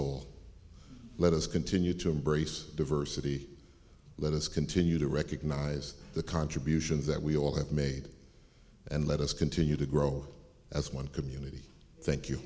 soul let us continue to embrace diversity let us continue to recognize the contributions that we all have made and let us continue to grow as one